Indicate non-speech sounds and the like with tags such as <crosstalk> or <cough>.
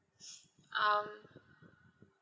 <noise> um